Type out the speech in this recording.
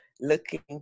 looking